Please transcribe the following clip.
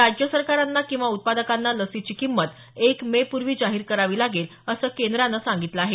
राज्य सरकारांना किंवा उत्पादकांना लसीची किंमत एक मे पूर्वी जाहीर करावी लागेल असंही केंद्रानं सांगितलं आहे